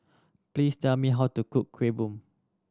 please tell me how to cook Kuih Bom